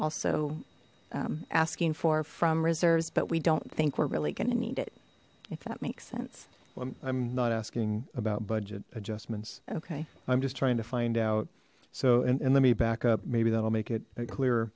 also asking for from reserves but we don't think we're really going to need it if that makes sense i'm not asking about budget adjustments okay i'm just trying to find out so and let me back up maybe that'll make it clear